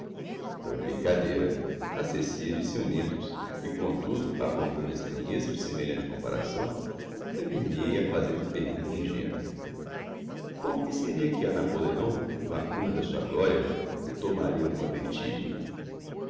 foi brincadeira facecia de ciumentos e comtudo apontando a estranheza de semelhante comparação atrever me hei a fazer uma pergunta ingenua por que seria que a napoleão no acume da sua gloria o tomaria uma vertigem